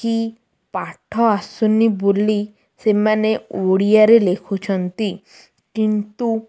କି ପାଠ ଆସୁନି ବୋଲି ସେମାନେ ଓଡ଼ିଆରେ ଲେଖୁଛନ୍ତି କିନ୍ତୁ